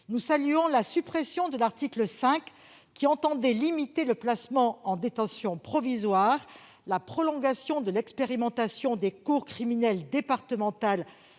Nous saluons la suppression de l'article 5, qui tendait à limiter le placement en détention provisoire, la prolongation de l'expérimentation des cours criminelles départementales